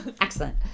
Excellent